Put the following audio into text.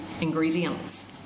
ingredients